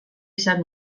izan